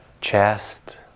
chest